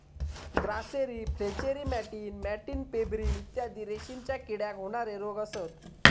grasserie flacherie मॅटिन मॅटिन pebrine इत्यादी रेशीमच्या किड्याक होणारे रोग असत